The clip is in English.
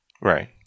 Right